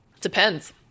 depends